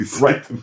Right